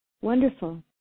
Wonderful